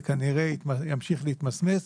זה כנראה ימשיך להתמסמס.